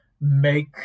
make